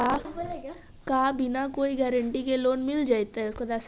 का बिना कोई गारंटी के लोन मिल जीईतै?